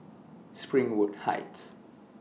Springwood Heights